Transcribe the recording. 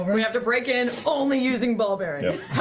we have to break in, only using ball bearings.